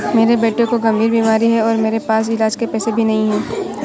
मेरे बेटे को गंभीर बीमारी है और मेरे पास इलाज के पैसे भी नहीं